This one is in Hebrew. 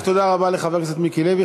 תודה רבה לחבר הכנסת מיקי לוי,